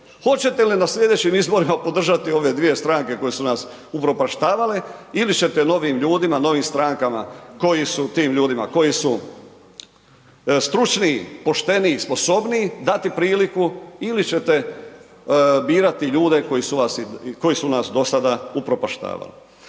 hoćete li na slijedećim izborima podržati ove dvije stranke koje su nas upropaštavale ili ćete novim ljudima, novim strankama koje su, tim ljudima koji su stručniji, pošteniji, sposobniji, dati priliku ili ćete birati ljudi koji su nas dosada upropaštavali.